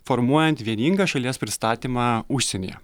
formuojant vieningą šalies pristatymą užsienyje